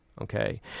okay